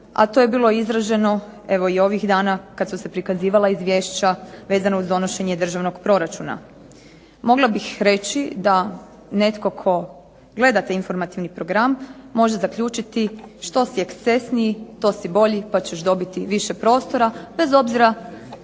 a to je bilo izraženo evo i ovih dana kada su se prikazivala izvješća vezano uz donošenje državnog proračuna. Mogla bih reći da netko tko gleda taj informativni program može zaključiti, što si ekscesniji, to si bolji pa ćeš dobiti više prostora, bez obzira